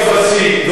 נא לסיים.